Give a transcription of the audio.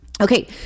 Okay